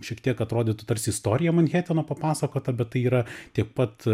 šiek tiek atrodytų tarsi istorija manheteno papasakota bet tai yra tiek pat